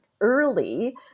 early